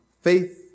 faith